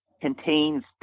contains